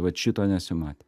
vat šito nesimatė